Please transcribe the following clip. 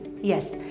Yes